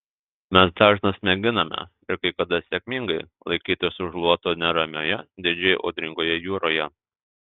mes dažnas mėginame ir kai kada sėkmingai laikytis už luoto neramioje didžiai audringoje jūroje